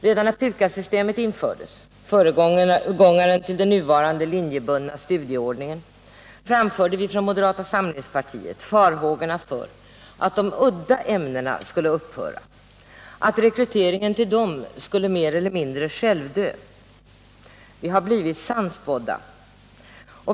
Redan när PUKAS-systemet infördes, föregångaren till den nuvarande linjebundna studieordningen, framförde vi från moderata samlingspartiet farhågor för att de udda ämnena skulle upphöra, att rekryteringen till dem mer eller mindre skulle självdö. Vi har blivit sannspådda.